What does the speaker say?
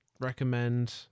recommend